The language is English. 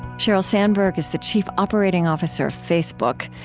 sheryl sandberg is the chief operating officer of facebook.